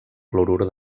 clorur